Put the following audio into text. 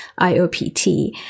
IOPT